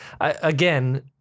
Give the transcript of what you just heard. again